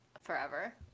forever